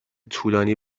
طولانی